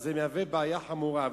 אז זה מהווה בעיה חמורה.